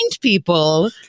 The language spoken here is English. people